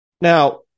Now